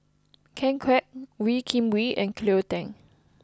Ken Kwek Wee Kim Wee and Cleo Thang